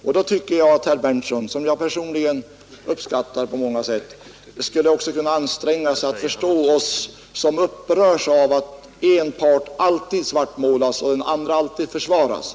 Och då tycker jag att herr Berndtson i Linköping, som jag uppskattar på många sätt, också kunde anstränga sig att förstå oss som upprörs av att en part alltid svartmålas och en annan alltid försvaras.